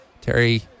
Terry